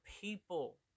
people